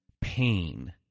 pain